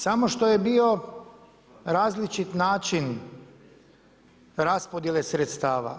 Samo što je bio različit način raspodjele sredstava.